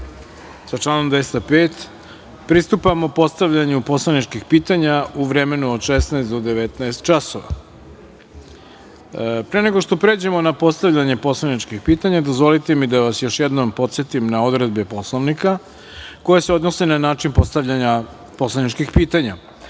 sa članom 205, pristupamo postavljanju poslaničkih pitanja u vremenu od 16 do 19 časova. Pre nego što pređemo na postavljanje poslaničkih pitanja dozvolite mi da vas još jednom podsetim na odredbe Poslovnika koje se odnose na način postavljanja poslaničkih